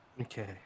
Okay